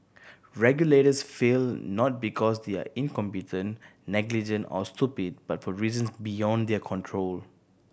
regulators fail not because they are incompetent negligent or stupid but for reasons beyond their control